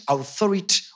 Authority